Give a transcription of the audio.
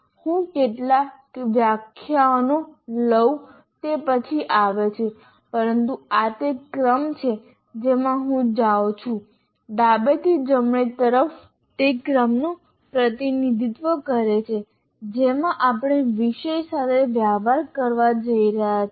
હું કેટલા વ્યાખ્યાનો લઉં તે પછી આવે છે પરંતુ આ તે ક્રમ છે જેમાં હું જાઉં છું ડાબેથી જમણે પણ તે ક્રમનું પ્રતિનિધિત્વ કરે છે જેમાં આપણે વિષય સાથે વ્યવહાર કરવા જઈ રહ્યા છીએ